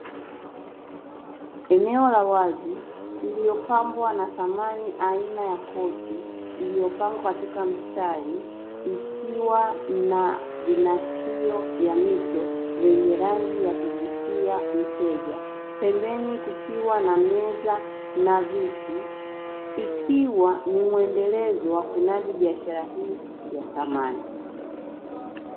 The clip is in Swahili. Eneo la wazi lililopambwa na samani aina ya kochi iliyopambwa katika mistari ikiwa na vinakshio vya mito vyenye rangi ya kuvutia mteja. Pembeni kukiwa na meza na viti, ikiwa ni muendelezo wa kunadi biashara hii ya samani.